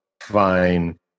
fine